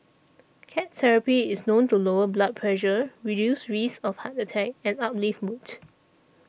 cat therapy is known to lower blood pressure reduce risks of heart attack and uplift mood